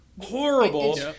horrible